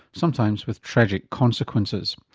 sometimes with tragic consequences.